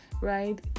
Right